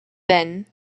then